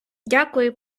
дякую